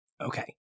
Okay